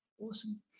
Awesome